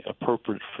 appropriate